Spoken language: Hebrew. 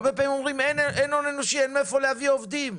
הרבה פעמים אומרים שאין הון אנושי אבל זה לא המקרה כאן.